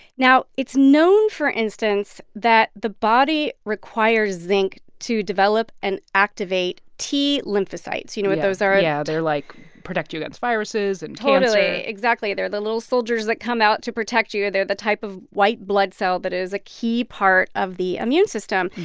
now, it's known, for instance, that the body requires zinc to develop and activate t lymphocytes. you know what those are? yeah. yeah, they're, like protect you against viruses and cancer totally, exactly. they're the little soldiers that come out to protect you. they're the type of white blood cell that is a key part of the immune system.